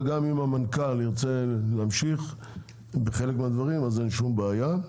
וגם אם המנכ"ל ירצה להמשיך חלק מהדברים אין שום בעיה.